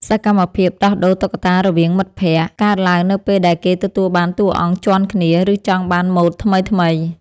សកម្មភាពដោះដូរតុក្កតារវាងមិត្តភក្តិ កើតឡើងនៅពេលដែលគេទទួលបានតួអង្គជាន់គ្នា ឬចង់បានម៉ូដថ្មីៗ។